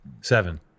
seven